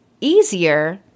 easier